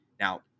Now